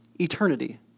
eternity